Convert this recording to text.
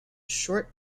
short